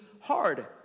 hard